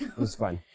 was fun.